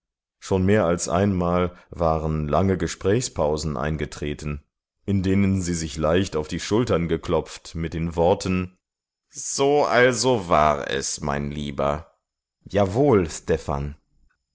schon mehr als einmal waren lange gesprächspausen eingetreten in denen sie sich leicht auf die schultern geklopft mit den worten so also war es mein lieber jawohl